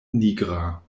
nigra